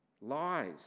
lies